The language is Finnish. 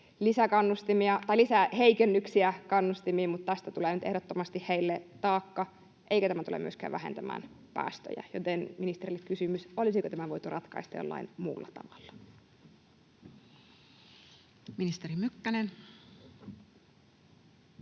lisää heikennyksiä kannustimiin, mutta tästä tulee nyt ehdottomasti heille taakka, eikä tämä tule myöskään vähentämään päästöjä. Joten ministerille kysymys, olisiko tämän voitu ratkaista jollain muulla tavalla. Ministeri Mykkänen.